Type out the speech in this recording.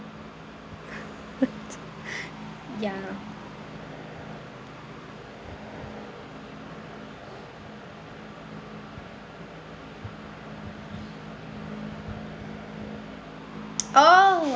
ya oh